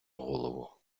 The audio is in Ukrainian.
голову